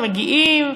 שמגיעים,